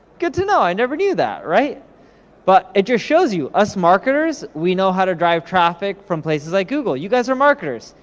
good to know, i never knew that. but, it just shows you, us marketers, we know how to drive traffic from places like google. you guys are marketers.